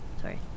sorry